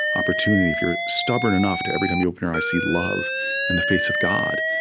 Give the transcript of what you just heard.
opportunity, if you're stubborn enough to, every time you open your eyes, see love and the face of god,